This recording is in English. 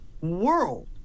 world